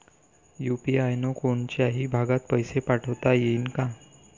UPI न कोनच्याही भागात पैसे पाठवता येईन का?